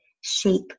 shape